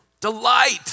Delight